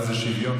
מה זה שוויון,